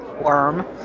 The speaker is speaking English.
worm